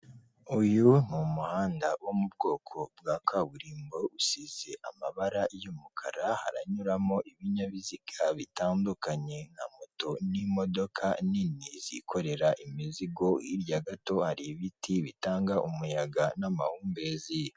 Uyu mu umuhanda wo mu bwoko bwa kaburimbo usize amabara y'umukara, haranyuramo ibinyabiziga bitandukanye nka moto n'imodoka nini zikorera imizigo, hirya gato hari ibiti bitanga umuyaga n'amahumbezi.